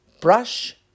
brush